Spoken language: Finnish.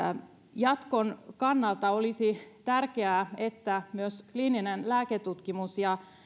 jatkon kannalta olisi tärkeää että myös kliininen lääketutkimus ja